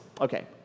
Okay